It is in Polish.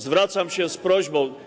Zwracam się z prośbą.